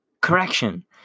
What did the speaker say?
Correction